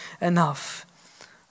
enough